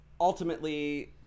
ultimately